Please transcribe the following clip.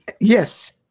Yes